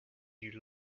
you